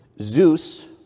Zeus